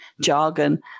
jargon